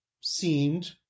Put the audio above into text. seemed